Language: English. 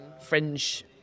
fringe